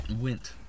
Went